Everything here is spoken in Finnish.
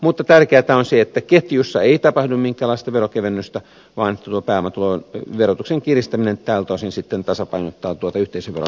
mutta tärkeätä on se että ketjussa ei tapahdu minkäänlaista veronkevennystä vaan pääomatulojen verotuksen kiristäminen tältä osin sitten tasapainottaa tuota yhteisöveron kevennystä